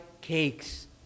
cakes